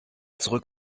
zurück